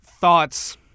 thoughts